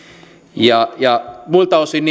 ja ja muilta osin